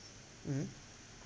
mm